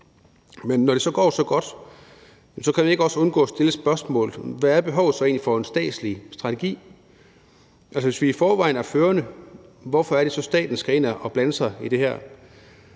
men når det så går så godt, kan jeg ikke også undgå at stille spørgsmålet: Hvad er behovet så egentlig for en statslig strategi? Hvis vi i forvejen er førende, hvorfor er det så, at staten skal ind og blande sig i det her?